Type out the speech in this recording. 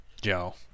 Joe